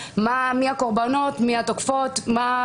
הזה.